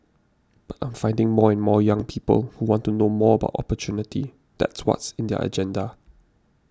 but I'm finding more and more young people who want to know more about opportunity that's what's in their agenda